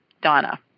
Donna